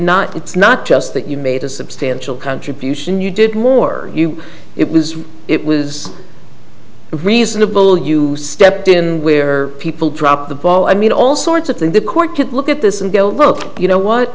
not it's not just that you made a substantial contribution you did more you it was it was reasonable you stepped in where people dropped the ball i mean all sorts of thing the court could look at this and go well you know what